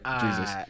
Jesus